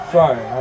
Sorry